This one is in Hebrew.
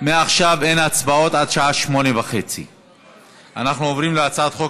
מעכשיו אין הצבעות עד השעה 20:30. אנחנו עוברים להצעת חוק